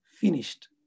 finished